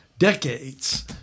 decades